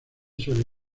suele